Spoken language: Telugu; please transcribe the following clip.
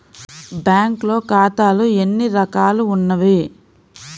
బ్యాంక్లో ఖాతాలు ఎన్ని రకాలు ఉన్నావి?